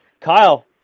Kyle